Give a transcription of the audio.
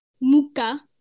muka